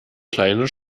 kleinen